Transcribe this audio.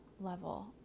level